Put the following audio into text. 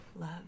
love